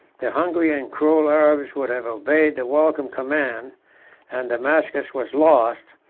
the hungry and cruel arabs would have obeyed the welcome command and damascus was lost,